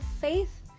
faith